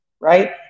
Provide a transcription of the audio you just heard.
right